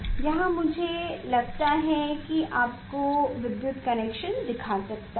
यहां मुझे लगता है कि मैं आपको विद्युत कनेक्शन दिखा सकता हूं